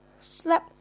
slap